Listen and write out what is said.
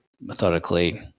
methodically